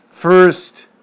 first